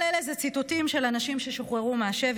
כל אלה ציטוטים של אנשים ששוחררו מהשבי,